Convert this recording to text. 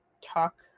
talk